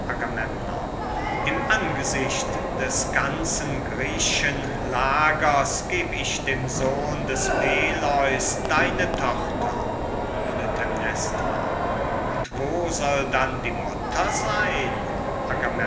im angesicht des ganzen griech'schen lagers geb ich dem sohn des peleus deine tochter klytämnestra und wo soll dann die mutter sein